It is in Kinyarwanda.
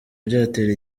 byatera